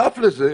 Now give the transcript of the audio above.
בנוסף לזה,